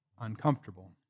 uncomfortable